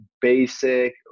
basic